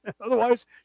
Otherwise